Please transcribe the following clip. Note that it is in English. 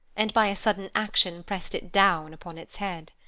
and by a sudden action pressed it down upon its head.